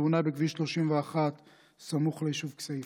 בתאונה בכביש 31 סמוך ליישוב כסייפה,